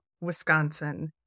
Wisconsin